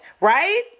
right